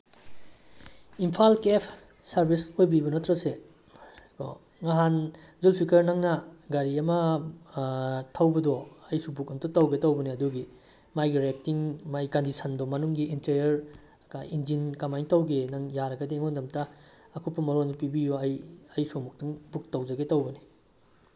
Imphal cab service ꯑꯣꯏꯕꯤꯕ ꯅꯠꯇ꯭ꯔꯥ ꯁꯦ ꯑꯣ ꯅꯍꯥꯟ ꯖꯨꯜꯐꯤꯀꯔ ꯅꯪꯅ ꯒꯥꯔꯤ ꯑꯃ ꯊꯧꯕꯗꯣ ꯑꯩꯁꯨ ꯕꯨꯛ ꯑꯝꯇ ꯇꯧꯒꯦ ꯇꯧꯕꯅꯦ ꯑꯗꯨꯒꯤ ꯃꯥꯒꯤ ꯔꯦꯇꯤꯡ ꯃꯥꯒꯤ ꯀꯟꯗꯤꯁꯟꯗꯣ ꯃꯅꯨꯡꯒꯤ ꯏꯟꯇꯔꯤꯌꯔ ꯏꯟꯖꯤꯟ ꯀꯃꯥꯏꯅ ꯇꯧꯒꯦ ꯅꯪ ꯌꯥꯔꯒꯗꯤ ꯑꯩꯉꯣꯟꯗ ꯑꯝꯇ ꯑꯀꯨꯞꯄ ꯃꯔꯣꯟ ꯄꯤꯕꯤꯌꯨ ꯑꯩ ꯑꯩꯁꯨ ꯑꯃꯨꯛꯇꯪ ꯕꯨꯛ ꯇꯧꯖꯒꯦ ꯇꯧꯕꯅꯦ